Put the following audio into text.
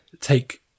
take